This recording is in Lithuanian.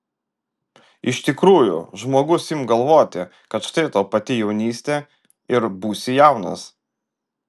iš tikrųjų žmogus imk galvoti kad štai tau pati jaunystė ir būsi jaunas